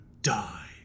die